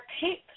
pink